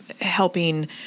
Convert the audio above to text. helping